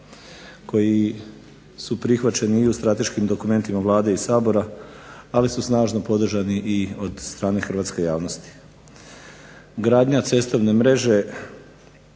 koji su prihvaćeni i u strateškim dokumentima Vlade i Sabora ali su snažno podržani i od strane Hrvatske javnosti. Gradnja cestovne mreže